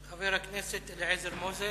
חבר הכנסת אליעזר מוזס.